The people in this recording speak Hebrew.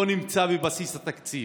לא נמצא בבסיס התקציב.